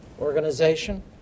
organization